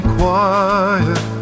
quiet